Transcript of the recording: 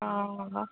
অঁ অঁ